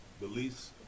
Beliefs